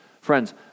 Friends